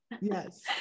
Yes